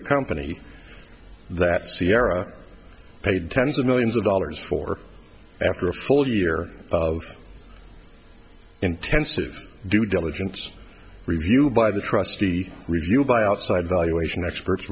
a company that sierra paid tens of millions of dollars for after a full year of intensive due diligence review by the trustee review by outside valuation experts